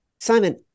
Simon